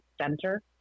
center